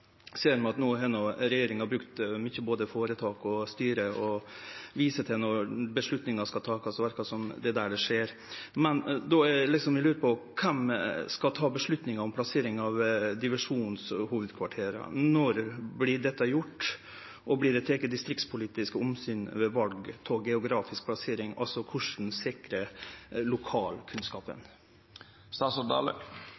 regjeringa har brukt både føretak og styre mykje, og når avgjerder skal takast, verkar det som om det er der det skjer. Eg lurer då på: Kven skal ta avgjerda om plassering av divisjonshovudkvartera? Når vert dette gjort? Vert det teke distriktspolitiske omsyn ved val av geografisk plassering? Altså: Korleis